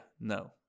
no